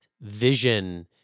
vision